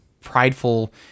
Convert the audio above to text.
prideful